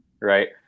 Right